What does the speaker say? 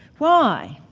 why?